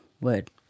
word